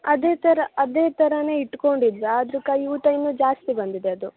ಅದೇ ಥರ ಅದೇ ಥರ ಇಟ್ತುಕೊಂಡಿದ್ದೆ ಆದ್ರೂ ಕೈ ಊತ ಇನ್ನು ಜಾಸ್ತಿ ಬಂದಿದೆ ಅದು